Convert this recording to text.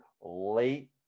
late